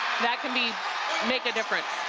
that can be make a difference.